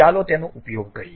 ચાલો તેનો ઉપયોગ કરીએ